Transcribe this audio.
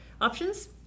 options